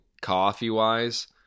coffee-wise